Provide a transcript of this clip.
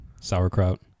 Sauerkraut